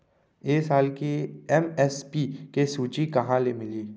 ए साल के एम.एस.पी के सूची कहाँ ले मिलही?